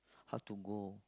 hard to go